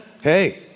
hey